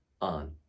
on